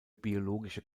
biologische